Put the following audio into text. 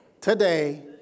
today